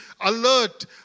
alert